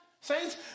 saints